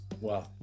Wow